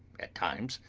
at times,